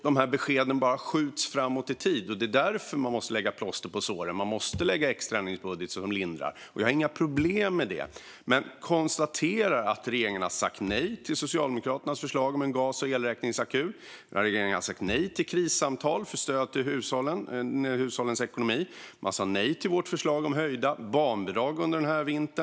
Dessa besked skjuts bara framåt i tid. Det är därför man måste sätta plåster på såren. Man måste lägga fram en extraändringsbudget som lindrar. Jag har inga problem med det men konstaterar att regeringen har sagt nej till Socialdemokraternas förslag om en gas och elräkningsakut. Regeringen har sagt nej till krissamtal i fråga om stöd till hushållen när det gäller hushållens ekonomi. Man sa nej till vårt förslag om höjda barnbidrag under denna vinter.